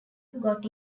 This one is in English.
got